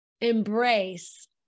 embrace